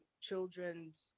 children's